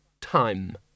time